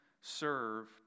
serve